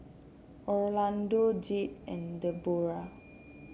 Orlando Jade and Deborah